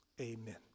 amen